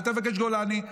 אל תבקש גולני,